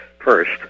first